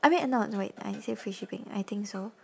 I mean uh no wait uh is it free shipping I think so